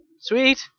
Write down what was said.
sweet